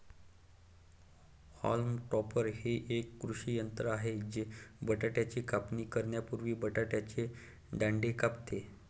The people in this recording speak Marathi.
हॉल्म टॉपर हे एक कृषी यंत्र आहे जे बटाट्याची कापणी करण्यापूर्वी बटाट्याचे दांडे कापते